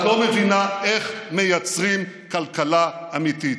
את לא מבינה איך מייצרים כלכלה אמיתית.